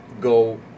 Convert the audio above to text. go